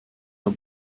der